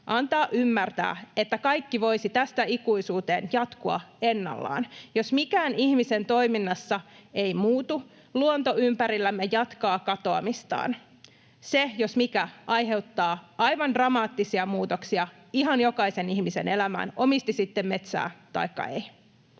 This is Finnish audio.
antaa ymmärtää, että kaikki voisi tästä ikuisuuteen jatkua ennallaan. Jos mikään ihmisen toiminnassa ei muutu, luonto ympärillämme jatkaa katoamistaan. Se, jos mikä, aiheuttaa aivan dramaattisia muutoksia ihan jokaisen ihmisen elämään, omisti sitten metsää taikka ei.